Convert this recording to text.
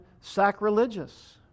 sacrilegious